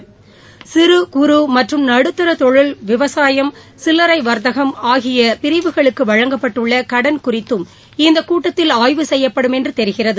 குறுசிறு மற்றும் நடுத்தர தொழில்கள் விவசாயம் சில்லறை வர்த்தகம் ஆகிய பிரிவுகளுக்கு வழங்கப்பட்டுள்ள கடன் குறித்தும் இந்த கூட்டத்தில் ஆய்வு செய்யப்படும் என்று தெரிகிறது